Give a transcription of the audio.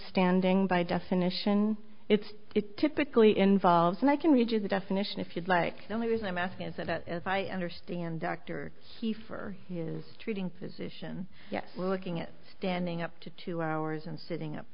standing by definition it's typically involves and i can read you the definition if you'd like the only reason i'm asking is that as i understand dr he for his treating physician yes looking at standing up to two hours and sitting up